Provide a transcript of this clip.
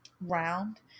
round